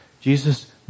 Jesus